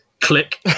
Click